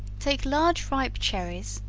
take large ripe cherries,